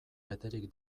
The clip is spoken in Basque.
beterik